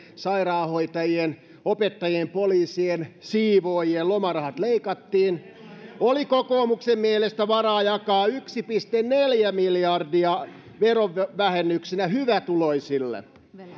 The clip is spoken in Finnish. sairaanhoitajien opettajien poliisien siivoojien lomarahat leikattiin oli kokoomuksen mielestä varaa jakaa yksi pilkku neljä miljardia verovähennyksinä hyvätuloisille